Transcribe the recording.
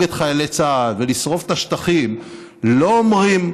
את חיילי צה"ל ולשרוף את השטחים לא אומרים: